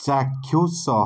ଚାକ୍ଷୁଷ